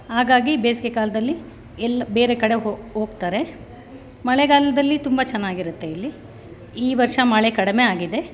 ಹಾಗಾಗಿ ಬೇಸಿಗೆ ಕಾಲದಲ್ಲಿ ಎಲ್ಲ ಬೇರೆ ಕಡೆ ಹೋ ಹೋಗ್ತಾರೆ ಮಳೆಗಾಲದಲ್ಲಿ ತುಂಬ ಚೆನ್ನಾಗಿರುತ್ತೆ ಇಲ್ಲಿ ಈ ವರ್ಷ ಮಳೆ ಕಡಿಮೆ ಆಗಿದೆ